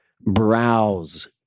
browse